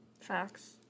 facts